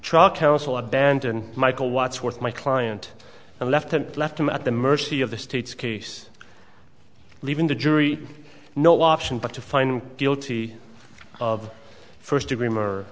truck counsel abandon michael watts worth my client and left him left him at the mercy of the state's case leaving the jury no option but to find guilty of first degree murder